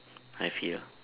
I feel